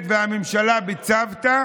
ג'ראח,